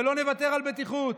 ולא נוותר על בטיחות,